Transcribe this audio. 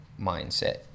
mindset